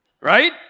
Right